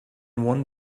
one